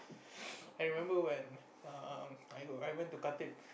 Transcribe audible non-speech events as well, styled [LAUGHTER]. [NOISE] I remember when err I go I went to Khatib